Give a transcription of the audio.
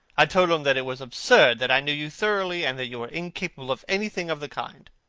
i told him that it was absurd that i knew you thoroughly and that you were incapable of anything of the kind.